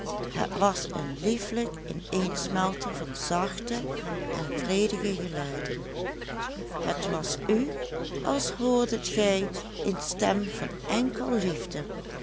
het was een liefelijk ineensmelten van zachte en vredige geluiden het was u als hoordet gij een stem van enkel liefde